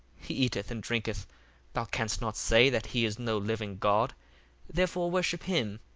he eateth and drinketh thou canst not say that he is no living god therefore worship him.